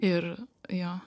ir jo